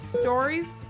stories